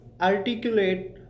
articulate